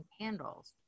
Candles